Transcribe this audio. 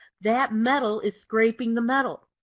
that metal is scraping the metal.